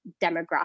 demographic